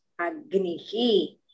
agnihi